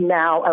now